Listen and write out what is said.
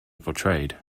portrayed